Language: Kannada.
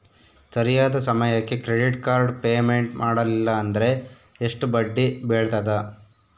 ಸರಿಯಾದ ಸಮಯಕ್ಕೆ ಕ್ರೆಡಿಟ್ ಕಾರ್ಡ್ ಪೇಮೆಂಟ್ ಮಾಡಲಿಲ್ಲ ಅಂದ್ರೆ ಎಷ್ಟು ಬಡ್ಡಿ ಬೇಳ್ತದ?